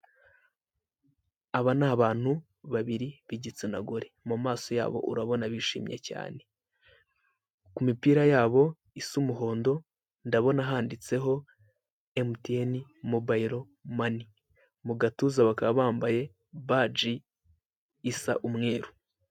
Aba ni abantu babiri b'igitsina gore, mu maso yabo urabona bishimye cyane, ku mipira yabo isa umuhondo, ndabona handitseho MTN mobayiro mani, mu gatuza bakaba bambaye badji isa umweru.